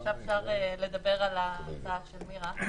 עכשיו אפשר לדבר על ההצעה של מירה.